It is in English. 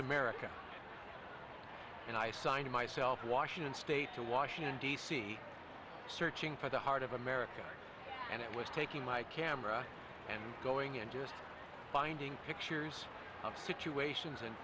america and i signed myself washington state to washington d c searching for the heart of america and it was taking my camera and going and just finding pictures of situations and